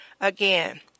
Again